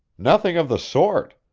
nothing of the sort.